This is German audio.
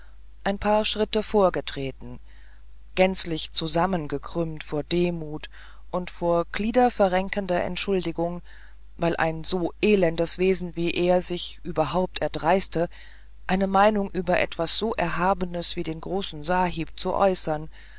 ein paar schritte vorgetreten gänzlich zusammengekrümmt vor demut und vor gliederverrenkender entschuldigung weil ein so elendes wesen wie er sich überhaupt erdreiste eine meinung über etwas so erhabenes wie den großen sahib zu äußern